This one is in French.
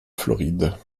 floride